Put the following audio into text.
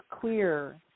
clear